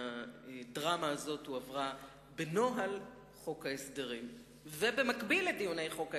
הדרמה הזאת הועברה בנוהל חוק ההסדרים ובמקביל לדיוני חוק ההסדרים,